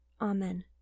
Amen